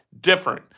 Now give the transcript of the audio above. different